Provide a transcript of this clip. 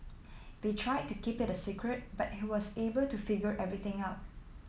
they tried to keep it a secret but he was able to figure everything out